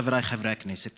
חבריי חברי הכנסת,